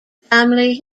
family